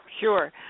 Sure